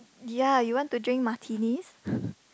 ya you want to drink martinis